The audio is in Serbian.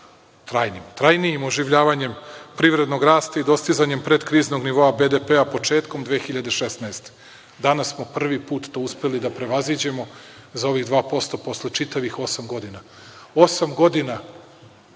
trajnijim oživljavanjem privrednog rasta i dostizanjem predkriznog nivoa BDP-a početkom 2016. godine. Danas smo prvi put to uspeli da prevaziđemo za ovih 2% posle čitavih osam godina. Osam godina,